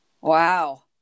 Wow